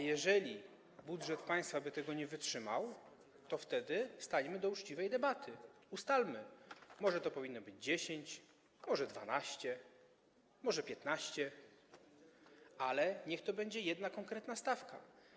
Jeżeli budżet państwa może tego nie wytrzymać, to stańmy do uczciwej debaty, ustalmy - może powinno to być 10, może 12, może 15%, ale niech to będzie jedna konkretna stawka.